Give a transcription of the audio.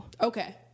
Okay